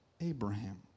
Abraham